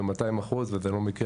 אלא ב-200% וזה לא מקרה,